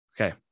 Okay